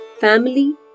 family